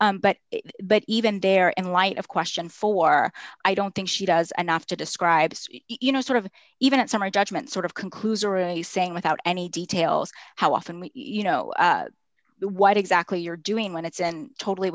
closest but but even there in light of question for i don't think she does and after describes you know sort of even in summary judgment sort of conclusion really saying without any details how often we you know what exactly you're doing when it's and totally